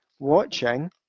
Watching